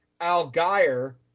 Algier